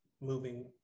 moving